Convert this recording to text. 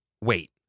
Wait